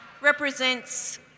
represents